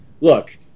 look